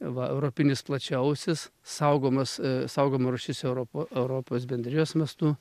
va europinis plačiaausis saugomas saugoma rūšis europ europos bendrijos mastu